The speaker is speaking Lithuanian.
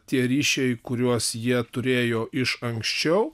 tie ryšiai kuriuos jie turėjo iš anksčiau